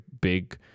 big